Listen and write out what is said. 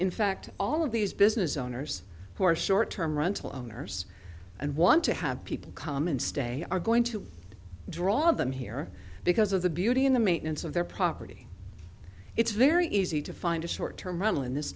in fact all of these business owners who are short term rental owners and want to have people come and stay are going to draw them here because of the beauty in the maintenance of their property it's very easy to find a short term rental in this